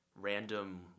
random